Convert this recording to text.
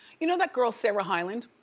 you know that girl sarah hyland?